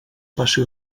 passi